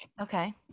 Okay